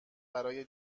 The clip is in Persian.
برای